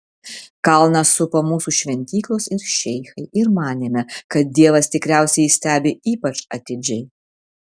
kalną supo mūsų šventyklos ir šeichai ir manėme kad dievas tikriausiai jį stebi ypač atidžiai